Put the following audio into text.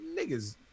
niggas